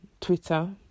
Twitter